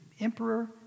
emperor